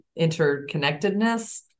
interconnectedness